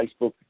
Facebook